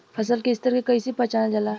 फसल के स्तर के कइसी पहचानल जाला